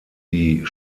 die